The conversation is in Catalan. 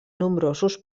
nombrosos